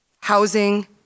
housing